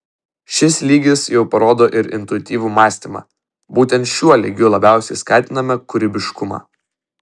šis lygis jau parodo ir intuityvų mąstymą būtent šiuo lygiu labiausiai skatiname kūrybiškumą